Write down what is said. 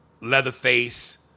Leatherface